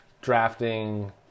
drafting